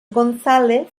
gonzález